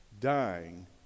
dying